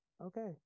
okay